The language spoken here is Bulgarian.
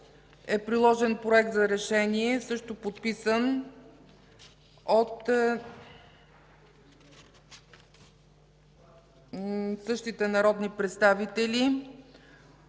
е приложен Проект за решение, подписан от същите народни представители.